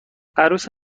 عروس